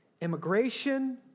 immigration